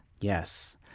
Yes